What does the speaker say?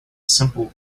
simple